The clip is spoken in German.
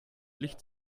licht